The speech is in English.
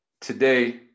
today